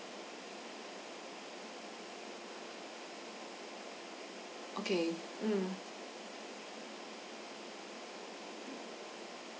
okay mm